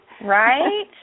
right